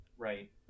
Right